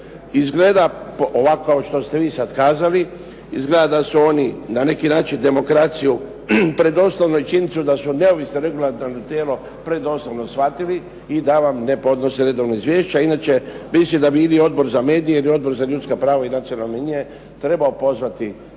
Izgleda ovako kao što ste vi sad kazali, izgleda da su oni na neki način demokraciju, činjenicu da su neovisno regulatorno tijelo predoslovno shvatili i da vam ne podnose redovna izvješća. Inače, mislim da bi ili Odbor za medije ili Odbor za ljudska prava i nacionalne manjine trebao pozvati